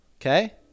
okay